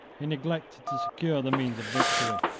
he neglected to secure the means of victory.